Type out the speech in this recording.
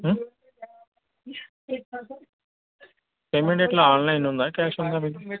payment ఎలా ఆన్లైన్లో ఉందా క్యాష్ ఉందా మీకు